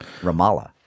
Ramallah